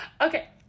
Okay